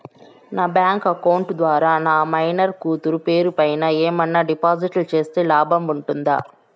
నా bank account ద్వారా నా మైనర్ కూతురు పేరు పైన ఏమన్నా డిపాజిట్లు సేస్తే లాభం ఉంటుందా?